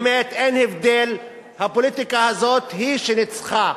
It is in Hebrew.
באמת אין הבדל, הפוליטיקה הזאת היא שניצחה,